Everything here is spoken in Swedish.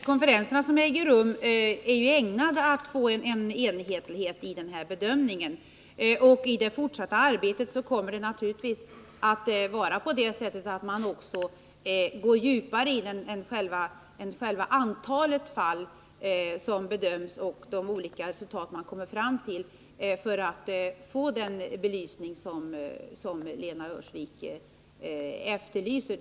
Herr talman! Avsikten med de konferenser som äger rum är att få enhetlighet i bedömningen. I det fortsatta arbetet kommer man naturligtvis att gå djupare och inte bara ta hänsyn till antalet fall för att få den belysning som Lena Öhrsvik efterlyser.